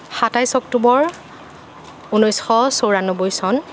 সাতাইছ অক্টোবৰ ঊনৈছশ চৌৰান্নব্বৈ চন